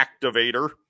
activator